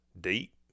deep